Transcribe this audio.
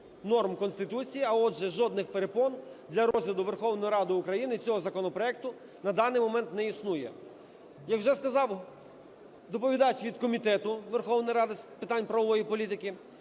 норм Конституції, а, отже, жодних перепон для розгляду Верховною Радою України цього законопроекту на даний момент не існує. Як вже сказав доповідач від Комітету Верховної Ради з питань правової політики,